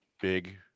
big